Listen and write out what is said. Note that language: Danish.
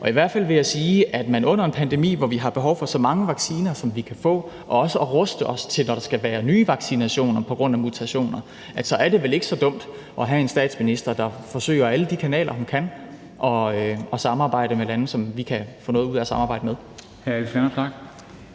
I hvert fald vil jeg sige, at det under en pandemi, hvor vi har behov for så mange vacciner, som vi kan få, og også har behov for at ruste os til, når der skal være nye vaccinationer på grund af mutationer, vel ikke er så dumt at have en statsminister, der forsøger ad alle de kanaler, hun kan, at samarbejde med lande, som vi kan få noget ud af at samarbejde med.